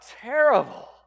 terrible